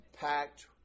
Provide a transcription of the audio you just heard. packed